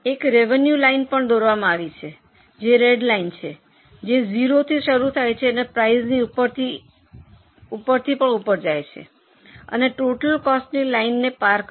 એક રેવેન્યુની લાઇન પણ દોરવામાં આવ્યું છે જે રેડ લાઇન છે જે 0 થી શરૂ થાય છે અને પ્રાઇસની ઉપરથી ઉપર જાય છે અને ટોટલ કોસ્ટની લાઇનને પાર કરે છે